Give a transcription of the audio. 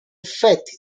effetti